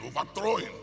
overthrowing